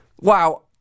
wow